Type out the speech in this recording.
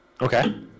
Okay